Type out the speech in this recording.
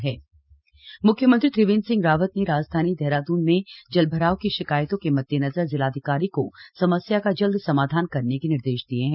जलभराव सीएम म्ख्यमंत्री त्रिवेन्द्र सिंह रावत ने राजधानी देहरादून में जलभराव की शिकायतों के मद्देनजर जिलाधिकारी को समस्या का जल्द समाधान करने के निर्देश दिये हैं